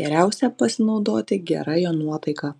geriausia pasinaudoti gera jo nuotaika